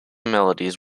melodies